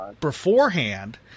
beforehand